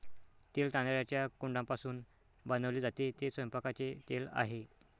तेल तांदळाच्या कोंडापासून बनवले जाते, ते स्वयंपाकाचे तेल आहे